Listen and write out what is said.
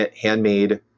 handmade